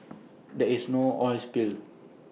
there is no oil spill